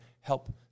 help